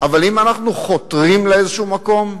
אבל אם אנחנו חותרים לאיזשהו מקום,